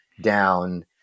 down